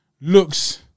looks